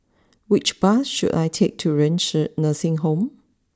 which bus should I take to Renci Nursing Home